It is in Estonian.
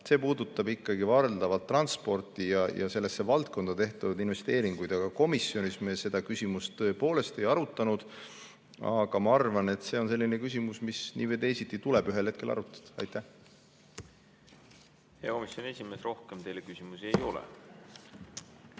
puudutab ikkagi valdavalt transporti ja sellesse valdkonda tehtud investeeringuid. Komisjonis me seda küsimust tõepoolest ei arutanud. Aga ma arvan, et see on selline küsimus, mida nii või teisiti tuleb ühel hetkel arutada. Aitäh! Hea küsimus. Me enne arutasime